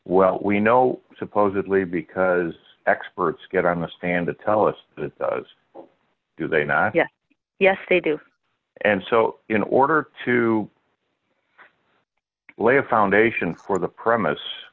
well we know supposedly because experts get on the stand to tell us that do they not yes yes they do and so in order to lay a foundation for the premise